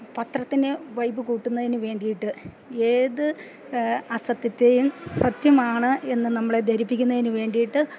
പത്രത്തിന് vibe കൂട്ടുന്നതിന് വേണ്ടിയിട്ട് ഏത് അസത്യത്തെയും സത്യമാണെന്ന് നമ്മളെ ധരിപ്പിക്കുന്നതിന് വേണ്ടിയിട്ട്